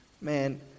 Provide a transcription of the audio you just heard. Man